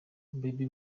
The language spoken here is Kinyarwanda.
baby